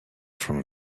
from